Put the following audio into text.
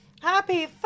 Happy